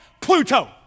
Pluto